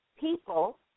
people